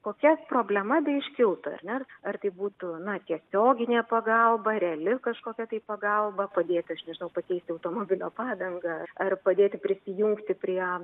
kokia problema beiškilti ar ne ar tai būtų na tiesioginė pagalba reali kažkokia tai pagalba padėti aš nežinau pakeisti automobilio padangą ar ar padėti prisijungti prie